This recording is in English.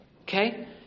Okay